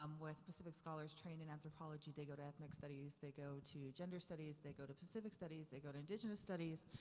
um with pacific scholars trained in anthropology they go to ethnic studies, they go to gender studies they go to pacific studies, they go to indigenous studies.